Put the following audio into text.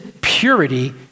purity